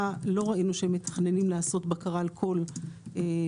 לא ראינו שהם מתכננים לעשות בקרה על כל הרגולציות.